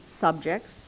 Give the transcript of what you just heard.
subjects